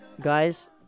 guys